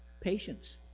Patience